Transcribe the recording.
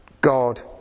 God